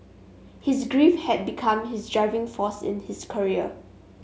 his grief had become his driving force in his career